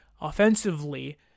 offensively